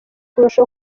kurusha